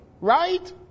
Right